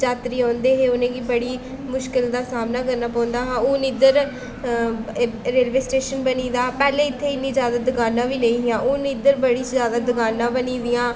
जात्तरी औंदे हे उ'नें गी बड़ी मुश्कल दा सामना करना पौंदा हा हून इद्धर रेलवे स्टेशन बनी दा पैह्लें इत्थै इन्नी जैदा दकानां बी नेईं हियां हून इद्धर बड़ी जैदा दकानां बनी दियां